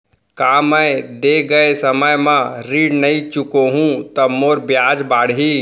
का मैं दे गए समय म ऋण नई चुकाहूँ त मोर ब्याज बाड़ही?